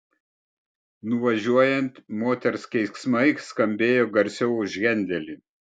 nuvažiuojant moters keiksmai skambėjo garsiau už hendelį